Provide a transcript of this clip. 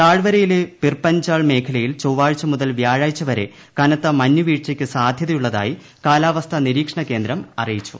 താഴ്വരയിലെ പിർപഞ്ചാൾ മേഖലയിൽ ചൊവ്വാഴ്ച മുതൽ വ്യാഴാഴ്ച വരെ കനത്ത മഞ്ഞുവീഴ്ചയ്ക്ക് സാധ്യതയുള്ളതായി കാലാവസ്ഥാ നിരീക്ഷണകേന്ദ്രം അറിയിച്ചു